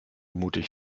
mutig